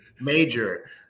Major